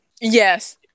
Yes